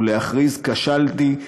ולהכריז: כשלתי,